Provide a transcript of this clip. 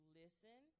listen